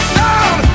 down